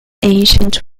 ancient